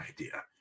idea